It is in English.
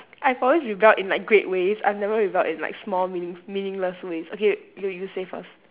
I probably rebelled in like great ways I've never rebelled in like small meaning meaningless ways okay okay you say first